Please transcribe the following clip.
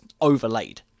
overlaid